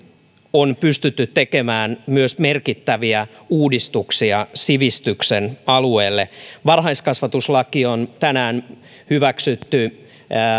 on pystytty tekemään merkittäviä uudistuksia myös sivistyksen alueelle varhaiskasvatuslaki on tänään hyväksytty